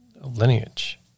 lineage